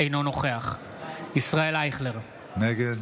אינו נוכח ישראל אייכלר, נגד